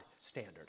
standard